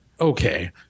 okay